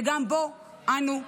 שגם בו אנו חברים.